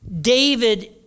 David